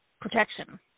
protection